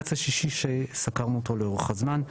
הבג"צ השישי שסקרנו אותו לאורך הזמן,